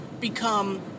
become